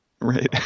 Right